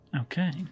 Okay